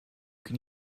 can